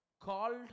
Called